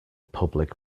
public